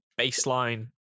baseline